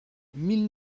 mille